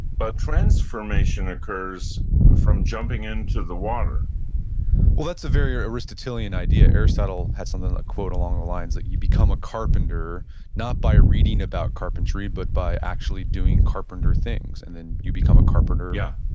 but transformation occurs from jumping into the water well, that's a very aristotelian idea. aristotle had something that quote along the lines that you become a carpenter not by reading about carpentry but by actually doing carpenter things, and then you become a carpenter yeah.